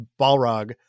Balrog